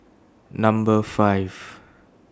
Number five